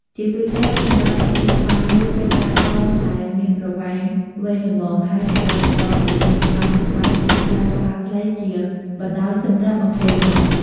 ជាទូទៅសម្រាប់ប្រភេទក្បាលមូល គេប្រើដងដែលមានប្រវែងវែងល្មម ហើយសម្រាប់អំបោសដែលមានក្បាលសំបែត គេប្រើដងខ្លីជាបណ្តោយសម្រាប់អង្គុយបោស។